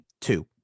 Two